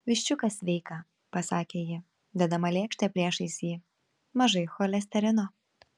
viščiukas sveika pasakė ji dėdama lėkštę priešais jį mažai cholesterino